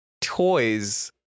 toys